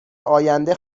آینده